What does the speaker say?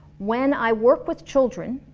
when i work with children,